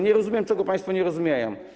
Nie rozumiem, czego państwo nie rozumieją.